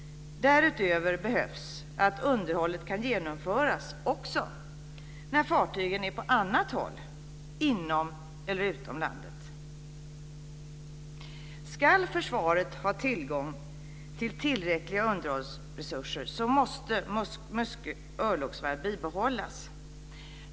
Därutöver behövs att underhållet kan genomföras också när fartygen är på annat håll inom eller utom landet. Om försvaret ska ha tillräckliga underhållsresurser måste Muskö örlogsvarv bibehållas.